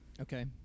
okay